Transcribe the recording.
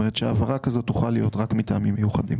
למרות שהתאגיד הוא תאגיד עצמאי,